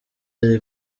ari